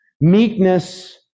Meekness